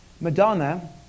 Madonna